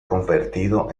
convertido